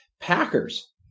packers